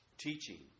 teaching